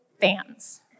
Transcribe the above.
fans